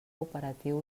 operatiu